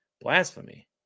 blasphemy